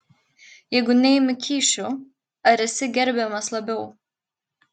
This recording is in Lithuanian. jeigu neimi kyšių ar esi gerbiamas labiau